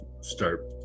start